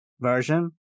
version